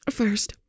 first